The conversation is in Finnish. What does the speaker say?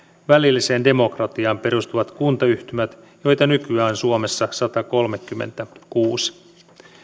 välilliseen demokratiaan perustuvat kuntayhtymät joita nykyään on suomessa satakolmekymmentäkuusi